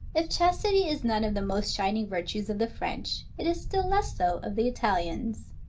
if chastity is none of the most shining virtues of the french, it is still less so of the italians.